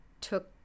took